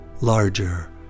larger